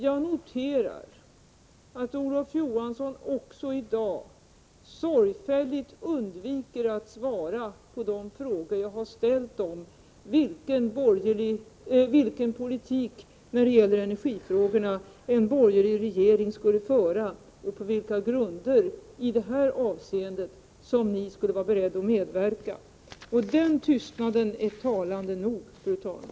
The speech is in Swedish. Jag noterar att Olof Johansson också i dag sorgfälligt undviker att svara på de frågor jag har ställt om vilken politik en borgerlig regering skulle föra när det gäller energifrågorna och på vilka grunder i detta avseende som ni skulle vara beredda att medverka. Den tystnaden är talande nog, fru talman.